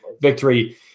victory